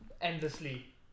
endlessly